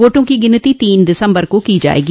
वोटों की गिनती तीन दिसम्बर को की जायेगी